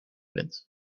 bent